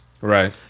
Right